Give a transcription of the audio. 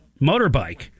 motorbike